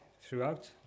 throughout